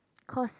cause